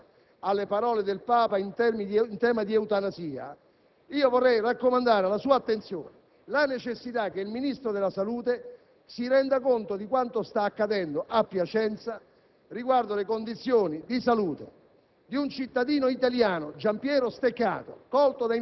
quanto accaduto nei giorni scorsi rispetto alla polemica seguita alle parole del Papa in tema di eutanasia, vorrei raccomandare alla sua attenzione la necessità che il Ministro della salute si renda conto di quanto sta accadendo a Piacenza riguardo alle condizioni di salute